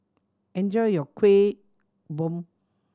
enjoy your Kueh Bom